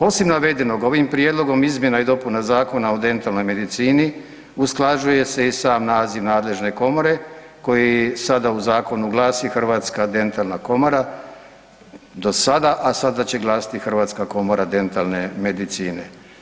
Osim navedenoga ovim prijedloga izmjena i dopuna Zakon o dentalnoj medicini usklađuje se i sam naziv nadležne komore koji sada u zakonu glasi Hrvatska dentalna komora do sada, a sada će glasiti Hrvatska komora dentalne medicine.